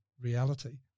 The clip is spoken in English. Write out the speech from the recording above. reality